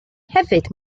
hefyd